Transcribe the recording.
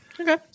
Okay